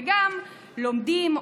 וגם לומדים,